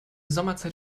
sommerzeit